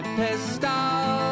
pistol